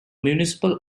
municipal